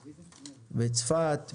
בצפת,